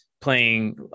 playing